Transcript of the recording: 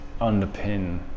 underpin